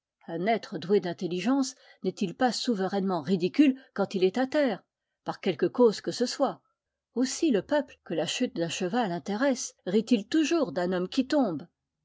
un être doué d'intelligence n'est-il pas souverainement ridicule quand il est à terre par quelque cause que ce soit aussi le peuple que la chute d'un cheval intéresse rit il toujours d'un homme qui tombe